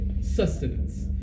sustenance